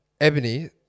Ebony